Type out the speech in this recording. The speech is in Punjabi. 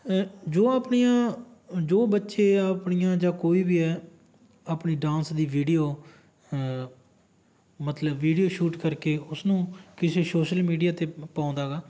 ਜੋ ਆਪਣੀਆਂ ਜੋ ਬੱਚੇ ਆਪਣੀਆਂ ਜਾਂ ਕੋਈ ਵੀ ਹੈ ਆਪਣੀ ਡਾਂਸ ਦੀ ਵੀਡੀਓ ਮਤਲਬ ਵੀਡੀਓ ਸ਼ੂਟ ਕਰਕੇ ਉਸਨੂੰ ਕਿਸੇ ਸੋਸ਼ਲ ਮੀਡੀਆ 'ਤੇ ਪਾ ਪਾਉਂਦਾ ਗਾ